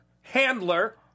handler